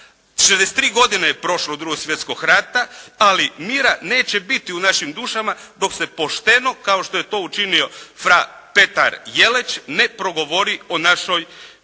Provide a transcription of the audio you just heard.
63 godine je prošlo od Drugog svjetskog rata, ali mira neće biti u našim dušama dok se pošteno, kao što je to učinio fra Petar Jeleč ne progovori o našoj